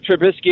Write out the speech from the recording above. Trubisky